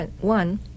One